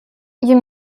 you